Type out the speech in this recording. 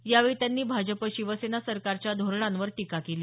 यावेळी त्यांनी भाजप शिवसेना सरकारच्या धोरणांवर टीका केली